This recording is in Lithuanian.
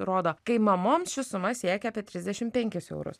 rodo kai mamoms ši suma siekia apie trisdešimt penkis eurus